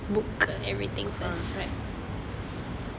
correct